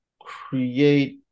create